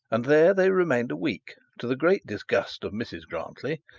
and there they remained a week, to the great disgust of mrs grantly,